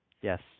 Yes